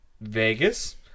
Vegas